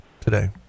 today